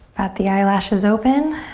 bat the eyelashes open.